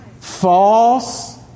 False